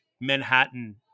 Manhattan